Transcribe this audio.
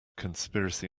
conspiracy